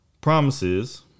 promises